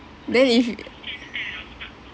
then if you